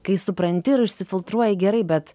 kai supranti ir išsifiltruoji gerai bet